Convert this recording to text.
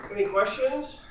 any questions?